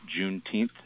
Juneteenth